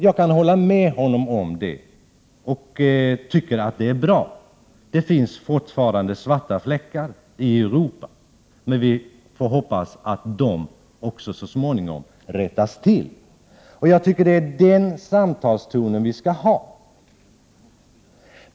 Jag kan hålla med honom om det, och jag tycker att det är bra. Det finns fortfarande svarta fläckar i Europa, men vi får hoppas att också de så småningom suddas ut. Det är den samtalstonen vi skall ha.